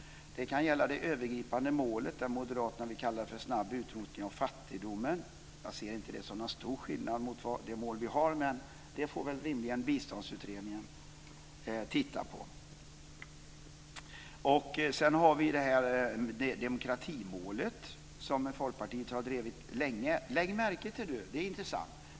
Det kan gälla det övergripande målet - det moderaterna vill kalla för snabb utrotning av fattigdomen. Jag ser inte att det är någon stor skillnad mellan detta och det mål vi har, men det får rimligen biståndsutredningen titta på. Sedan har vi demokratimålet, som Folkpartiet har drivit länge. Lägg märke till detta. Det är intressant.